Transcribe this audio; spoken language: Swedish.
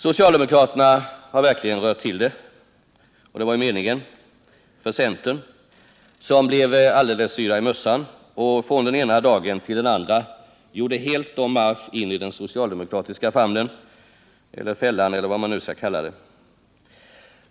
Socialdemokraterna hade verkligen rört till det — och det var ju meningen — för centerpartisterna, som blev alldeles yra i mössan och från den ena dagen tillden andra gjorde helt om marsch in i den socialdemokratiska famnen, eller fällan eller vad man nu skall kalla det.